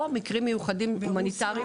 או מקרים מיוחדים הומניטריים.